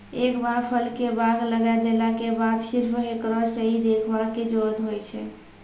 एक बार फल के बाग लगाय देला के बाद सिर्फ हेकरो सही देखभाल के जरूरत होय छै